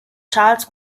charles